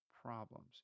problems